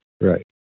Right